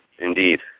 Indeed